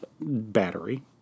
battery